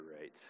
right